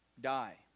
die